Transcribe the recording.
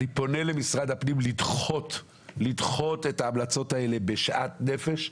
אני פונה למשרד הפנים לדחות את ההמלצות האלה בשאט נפש.